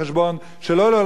הם צריכים לדעת, תודה.